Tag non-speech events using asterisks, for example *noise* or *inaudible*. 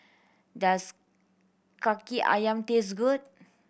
does Kaki Ayam taste good *noise*